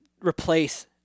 replace